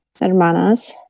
hermanas